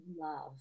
love